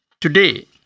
Today